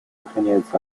сохраняются